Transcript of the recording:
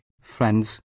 friends